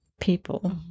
people